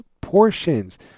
portions